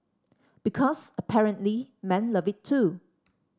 because apparently men love it too